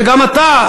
וגם אתה,